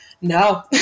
No